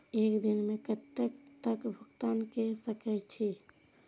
एक दिन में कतेक तक भुगतान कै सके छी